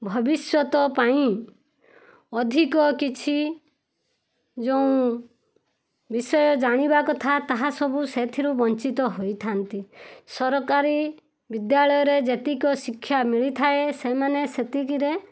ଭବିଷ୍ୟତ ପାଇଁ ଅଧିକ କିଛି ଯୋଉଁ ବିଷୟ ଜାଣିବା କଥା ତାହାସବୁ ସେଥିରୁ ବଞ୍ଚିତ ହୋଇଥାନ୍ତି ସରକାରୀ ବିଦ୍ୟାଳୟରେ ଯେତିକି ଶିକ୍ଷା ମିଳିଥାଏ ସେମାନେ ସେତିକିରେ